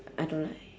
I don't like